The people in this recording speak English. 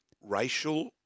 racial